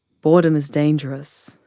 boredom is dangerous,